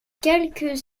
quelques